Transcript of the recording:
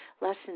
lessons